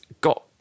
got